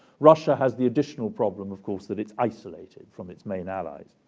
russia has the additional problem, of course, that it's isolated from its main allies.